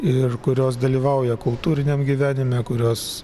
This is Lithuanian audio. ir kurios dalyvauja kultūriniam gyvenime kurios